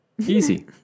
Easy